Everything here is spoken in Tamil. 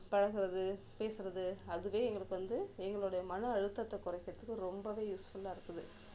பழகுறது பேசுறது அதுவே எங்களுக்கு வந்து எங்களுடைய மன அழுத்தத்தை குறைக்கறத்துக்கு ரொம்பவே யூஸ்ஃபுல்லாக இருக்குது